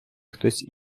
хтось